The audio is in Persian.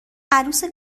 عروس